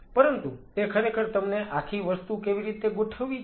પરંતુ તે ખરેખર તમને આખી વસ્તુ કેવી રીતે ગોઠવવી છે